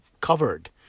covered